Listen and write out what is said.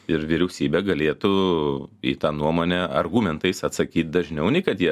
ir vyriausybė galėtų į tą nuomonę argumentais atsakyt dažniau nei kad jie